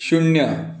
शून्य